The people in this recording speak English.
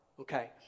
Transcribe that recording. Okay